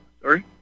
Sorry